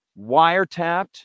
wiretapped